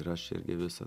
ir aš irgi visą